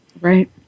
Right